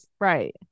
right